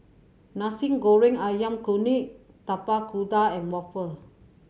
Nasi Goreng Ayam Kunyit Tapak Kuda and waffle